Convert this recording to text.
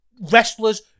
Wrestlers